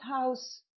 house